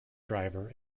driver